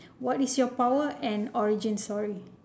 what is your power and origin story